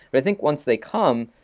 i think once they come,